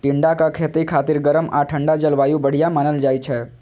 टिंडाक खेती खातिर गरम आ ठंढा जलवायु बढ़िया मानल जाइ छै